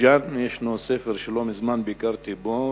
בבית-ג'ן יש בית-ספר שלא מזמן ביקרתי בו,